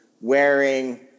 wearing